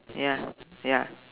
ya ya